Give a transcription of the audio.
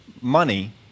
money